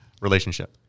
relationship